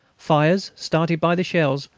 fires, started by the shells,